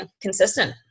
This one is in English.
consistent